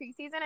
preseason